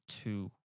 Two